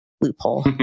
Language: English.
loophole